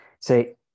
say